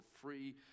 free